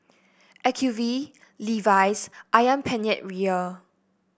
Acuvue Levi's ayam Penyet Ria